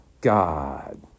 God